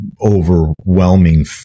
overwhelming